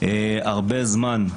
הרבה זמן,